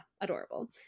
adorable